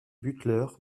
butler